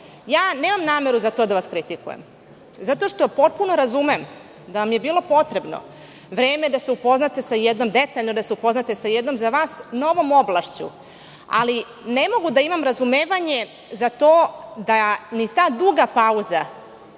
Nemam nameru da vas za to kritikujem zato što potpuno razumem da vam je bilo potrebno vreme da se upoznate detaljno sa jednom za vas novom oblašću, ali ne mogu da imam razumevanje za to da ni ta duga pauza